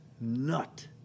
nut